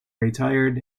retired